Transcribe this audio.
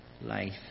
life